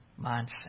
mindset